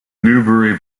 newbury